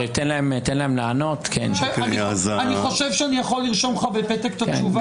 אני חושבת שאני יכול לרשום לך בפתק את התשובה.